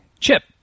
Chip